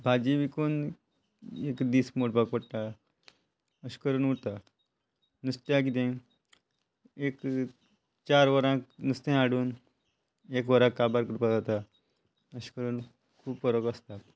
भाजी विकून एक दीस मोडपाक पडटा अशें करून उरता नुस्तें कितें एक चार वरांक नुस्तें हाडून एक वरां काबार करपाक जाता अशें करून खूब फरक आसता